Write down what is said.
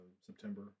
september